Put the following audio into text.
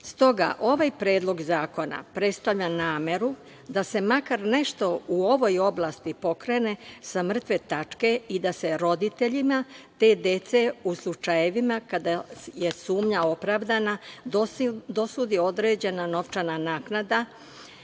to. Stoga, ovaj predlog zakona predstavlja nameru da se makar nešto u ovoj oblasti pokrene sa mrtve tačke i da se roditeljima te dece u slučajevima kada je sumnja opravdana dosudi određena novčana